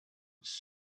its